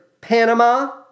Panama